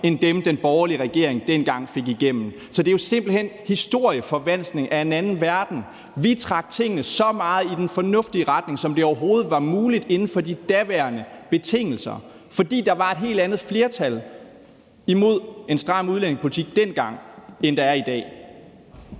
end dem, som den borgerlige regering dengang fik igennem. Så det er jo simpelt hen historieforvanskning af en anden verden. Vi trak tingene så meget i den fornuftige retning, som det overhovedet var muligt inden for de daværende betingelser, fordi der var et helt andet flertal imod en stram udlændingepolitik dengang, end der er i dag.